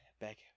back